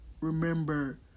remember